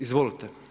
Izvolite.